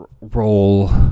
Roll